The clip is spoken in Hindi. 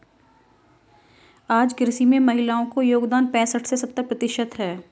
आज कृषि में महिलाओ का योगदान पैसठ से सत्तर प्रतिशत है